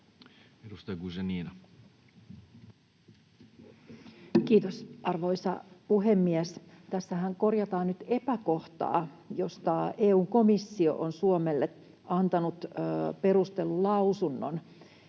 15:00 Content: Kiitos, arvoisa puhemies! Tässähän korjataan nyt epäkohtaa, josta EU:n komissio on Suomelle antanut perustellun lausunnon,